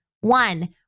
One